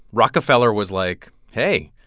rockefeller was like hey,